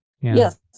Yes